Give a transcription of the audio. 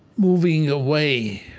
moving away